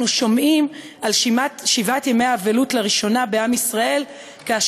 אנחנו שומעים על שבעת ימי האבלות בעם ישראל לראשונה